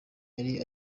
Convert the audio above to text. yari